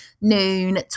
noon